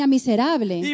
miserable